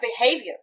behavior